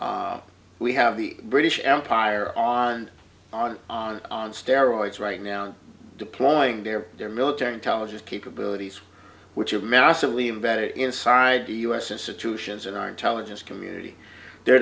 we have the british empire on on on on steroids right now on deploying their their military intelligence capabilities which are massively vetted inside the us institutions in our intelligence community they're